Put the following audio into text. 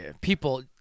People